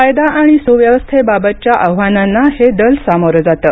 कायदा आणि सुव्यवस्थेबाबतच्या आव्हानांना हे दल सामोरं जातं